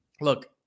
Look